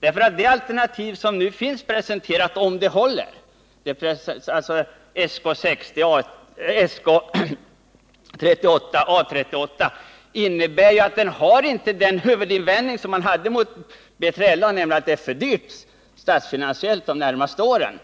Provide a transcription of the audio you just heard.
Med det alternativ som nu är presenterat, SK38/A38, bortfaller den huvudinvändning som man hade mot B3LA, nämligen att det statsfinansiellt blir för dyrt de närmaste åren.